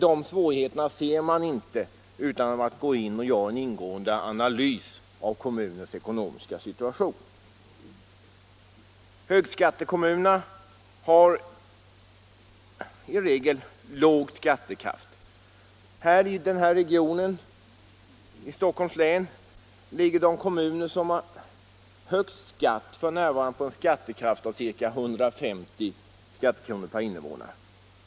De svårigheterna ser man inte om man inte gör en ingående analys av kommunens ekonomiska situation. Högskattekommunerna har i regel låg skattekraft. I Stockholms län ligger de kommuner som har högst skatt f.n. på en skattekraft av ca 150 skattekronor per invånare.